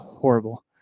Horrible